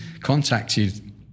contacted